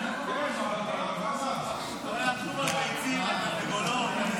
לא היה כלום על ביצים, על תרנגולות.